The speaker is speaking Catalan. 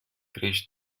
creix